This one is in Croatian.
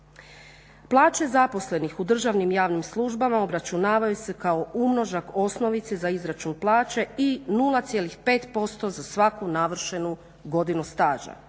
Plaće zaposlenih u državnim javnim službama obračunavaju se kao umnožak osnovice za izračun plaće i 0,5% za svaku navršenu godinu staža.